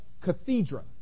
cathedra